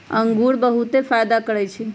इंगूर बहुते फायदा करै छइ